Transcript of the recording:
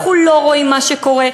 אנחנו לא רואים מה שקורה,